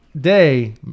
day